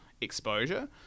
exposure